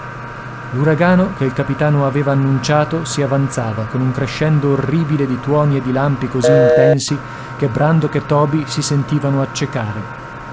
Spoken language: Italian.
l'uragano che il capitano aveva annunciato si avanzava con un crescendo orribile di tuoni e di lampi così intensi che brandok e toby si sentivano accecare